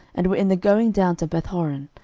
and were in the going down to bethhoron,